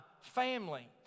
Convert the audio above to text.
family